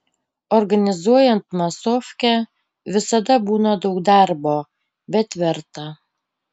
organizuojant masofkę visada būna daug darbo bet verta